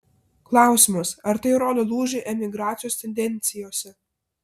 klausimas ar tai rodo lūžį emigracijos tendencijose